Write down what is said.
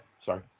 Sorry